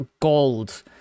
gold